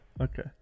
Okay